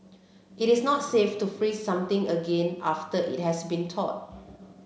it is not safe to freeze something again after it has been